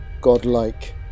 godlike